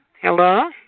Hello